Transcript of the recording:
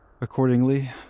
Accordingly